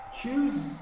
choose